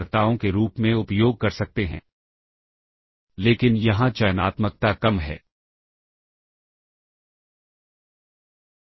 और सबरूटीन में हम पारित वैल्यू प्राप्त करने के लिए B रजिस्टर तक पहुंचते हैं